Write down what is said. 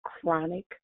chronic